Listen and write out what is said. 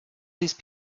these